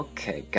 Okay